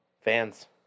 Fans